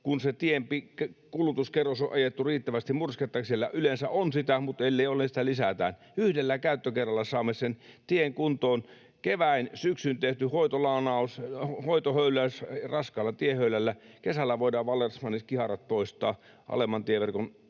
kun se tien kulutuskerrokseen on ajettu riittävästi mursketta — siellä yleensä on sitä, mutta ellei ole, niin sitä lisätään — yhdellä käyttökerralla saamme sen tien kuntoon. Keväin, syksyin tehty hoitolanaus, hoitohöyläys raskaalla tiehöylällä. Kesällä voidaan vallesmannin kiharat poistaa alemman tieverkon